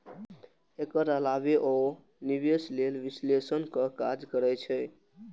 एकर अलावे ओ निवेश लेल विश्लेषणक काज करै छै